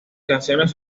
canciones